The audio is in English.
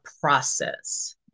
process